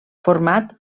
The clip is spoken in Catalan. format